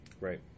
Right